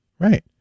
Right